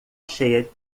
cheia